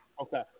Okay